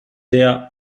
der